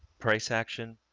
price action.